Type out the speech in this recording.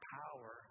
power